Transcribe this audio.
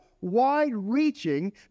wide-reaching